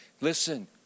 Listen